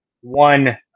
one